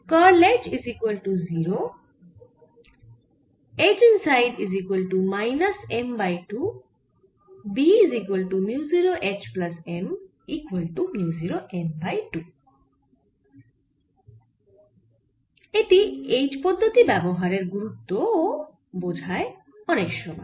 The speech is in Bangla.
এটি H পদ্ধতি ব্যবহারের গুরুত্ব ও বোঝায় অনেক সময়